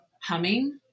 humming